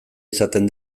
izaten